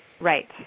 Right